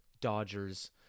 Dodgers